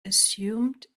assumed